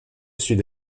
sud